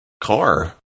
car